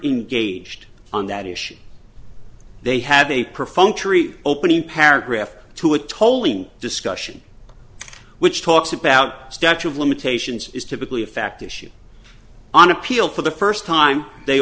engaged on that issue they have a perfunctory opening paragraph to a tolling discussion which talks about statue of limitations is typically a fact issue on appeal for the first time they